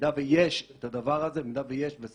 במידה ויש את הדבר הזה והספק